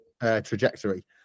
trajectory